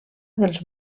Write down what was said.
dels